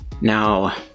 Now